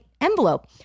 envelope